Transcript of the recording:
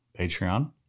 Patreon